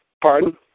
Pardon